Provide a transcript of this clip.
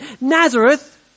Nazareth